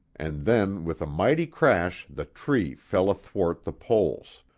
and then with a mighty crash the tree fell athwart the poles.